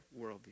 worldview